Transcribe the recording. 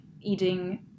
eating